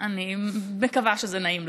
אני מקווה שזה נעים לך.